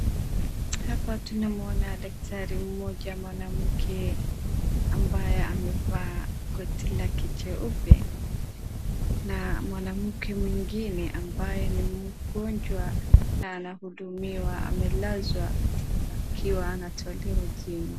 Hapa tunamuona daktari mmoja mwanamke ambaye amevaa koti lake jeupe, na mwanamke mwingine amabaye ni mgonjwa anahudumiwa amelazwa akiwa anatolewa jino.